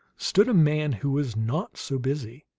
stood a man who was not so busy.